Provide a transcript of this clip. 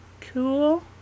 cool